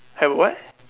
have what